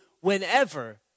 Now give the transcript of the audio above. whenever